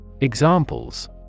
Examples